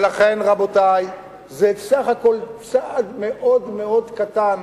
ולכן, רבותי, זה בסך הכול צעד מאוד קטן,